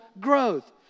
growth